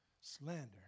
Slander